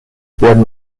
werden